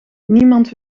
niemand